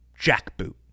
jackboot